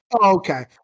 Okay